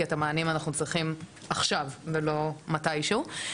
כי את המענים אנחנו צריכים עכשיו ולא מתישהו.